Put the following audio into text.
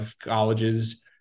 colleges